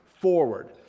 forward